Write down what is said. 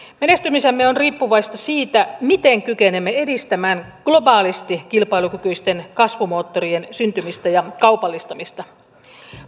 menestymisemme on riippuvaista siitä miten kykenemme edistämään globaalisti kilpailukykyisten kasvumoottorien syntymistä ja kaupallistamista